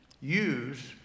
use